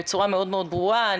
בצורה מאוד מאוד ברורה.